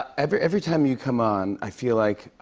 every every time you come on, i feel like i